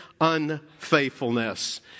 unfaithfulness